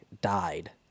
died